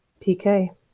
PK